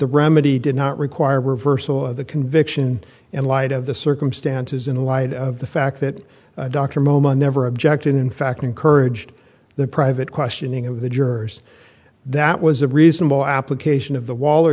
the remedy did not require a reversal of the conviction in light of the circumstances in light of the fact that dr moma never objected in fact encouraged the private questioning of the jurors that was a reasonable application of the wall or